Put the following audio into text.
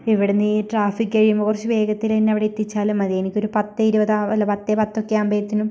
ഇവിടുന്നീ traffic കഴിയുമ്പോൾ കുറച്ച് വേഗത്തിലെന്നെ അവിടെ എത്തിച്ചാലും മതി എനിക്കൊരു പത്തെ ഇരുപത് അല്ല പത്തെ പത്ത് ഒക്കെ ആവുമ്പോത്തിനും